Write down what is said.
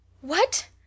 What